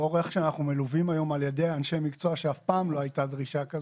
לאור זה שאנחנו מלווים באנשי מקצוע שאף פעם לא הייתה דרישה כזו,